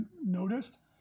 noticed